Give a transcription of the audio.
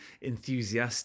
enthusiastic